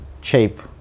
shape